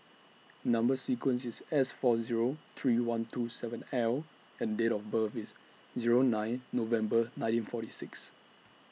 Number sequence IS S four Zero three one two seven L and Date of birth IS Zero nine November nineteen forty six